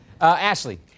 Ashley